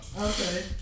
Okay